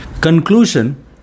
Conclusion